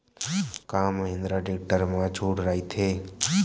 का महिंद्रा टेक्टर मा छुट राइथे?